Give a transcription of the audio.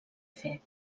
fer